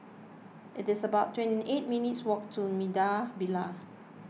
it's about twenty eight minutes' walk to Maida Vale